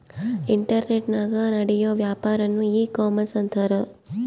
ಇಂಟರ್ನೆಟನಾಗ ನಡಿಯೋ ವ್ಯಾಪಾರನ್ನ ಈ ಕಾಮರ್ಷ ಅಂತಾರ